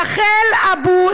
רחל עבו,